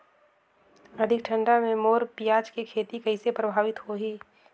अधिक ठंडा मे मोर पियाज के खेती कइसे प्रभावित होही?